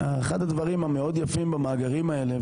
אחד הדברים המאוד יפים במאגרים האלה,